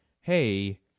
hey